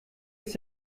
ist